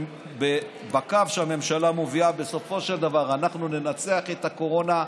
שבקו שהממשלה מובילה בסופו של דבר אנחנו ננצח את הקורונה,